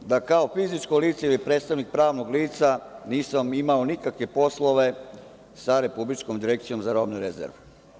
Tu piše da kao fizičko lice i predstavnik pravnog lica nisam imao nikakve poslove sa Republikom direkcijom za robne rezerve.